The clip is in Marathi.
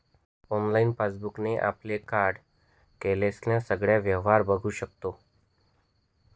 ऑनलाइन पासबुक ने आपल्या कार्ड केलेल्या सगळ्या व्यवहारांना बघू शकतो